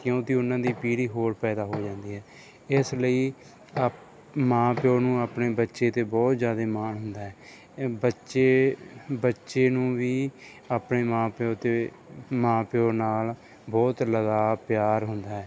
ਕਿਉਂਕਿ ਉਹਨਾਂ ਦੀ ਪੀੜ੍ਹੀ ਹੋਰ ਪੈਦਾ ਹੋ ਜਾਂਦੀ ਹੈ ਇਸ ਲਈ ਆਪ ਮਾਂ ਪਿਓ ਨੂੰ ਆਪਣੇ ਬੱਚੇ 'ਤੇ ਬਹੁਤ ਜ਼ਿਆਦਾ ਮਾਣ ਹੁੰਦਾ ਹੈ ਇਹ ਬੱਚੇ ਬੱਚੇ ਨੂੰ ਵੀ ਆਪਣੇ ਮਾਂ ਪਿਓ ਅਤੇ ਮਾਂ ਪਿਓ ਨਾਲ ਬਹੁਤ ਲਗਾਅ ਪਿਆਰ ਹੁੰਦਾ ਹੈ